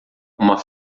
uma